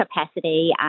capacity